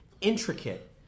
intricate